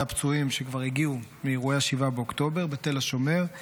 הפצועים שכבר הגיעו מאירועי 7 באוקטובר בתל השומר,